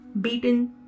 beaten